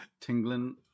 tingling